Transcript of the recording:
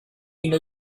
you